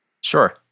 Sure